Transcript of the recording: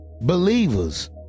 Believers